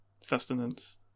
sustenance